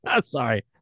sorry